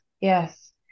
yes